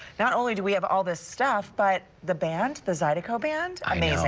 not only do we have all this stuff but the band the zydeco band i mean